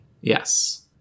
Yes